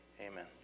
Amen